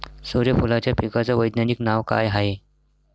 सुर्यफूलाच्या पिकाचं वैज्ञानिक नाव काय हाये?